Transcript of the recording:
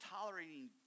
tolerating